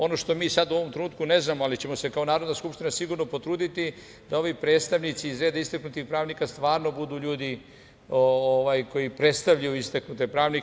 Ono što mi sada u ovom trenutku ne znamo, ali ćemo se kao Narodna skupština sigurno potruditi da ovi predstavnici iz reda istaknutih pravnika stvarno budu ljudi koji predstavljaju istaknute pravnike.